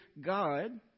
God